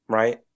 right